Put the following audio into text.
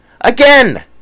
Again